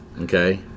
Okay